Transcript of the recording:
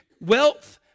wealth